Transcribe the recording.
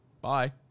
Bye